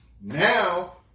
Now